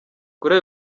kuri